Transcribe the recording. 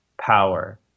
power